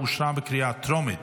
אושרה בקריאה טרומית